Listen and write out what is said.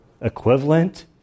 equivalent